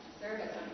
service